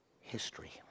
history